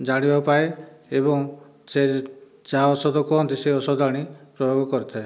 ଜାଣିବାକୁ ପାଏ ଏବଂ ସେ ଯାହା ଓଷଧ କୁହନ୍ତି ସେହି ଓଷଧ ଆଣି ପ୍ରୟୋଗ କରିଥାଏ